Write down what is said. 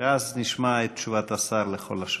ואז נשמע את תשובת השר לכל השואלים.